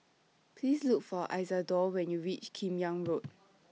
Please Look For Isidore when YOU REACH Kim Yam Road